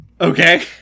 Okay